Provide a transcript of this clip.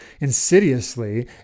insidiously